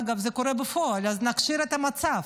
אגב, זה קורה בפועל, אז נכשיר את המצב.